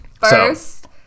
First